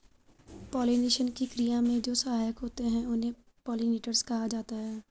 pollination की क्रिया में जो सहायक होते हैं उन्हें पोलिनेटर्स कहा जाता है